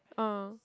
ah